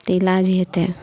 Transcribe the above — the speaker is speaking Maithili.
तऽ इलाज हेतै